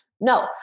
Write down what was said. No